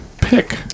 pick